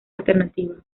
alternativa